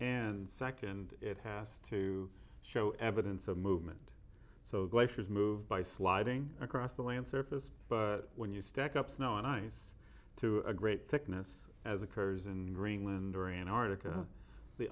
and second it has to show evidence of movement so glaciers move by sliding across the land surface but when you stack up snow and ice to a great thickness as occurs in greenland during an article